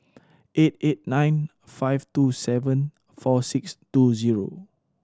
eight eight nine five two seven four six two zero